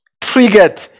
triggered